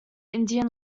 indian